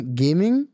gaming